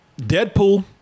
Deadpool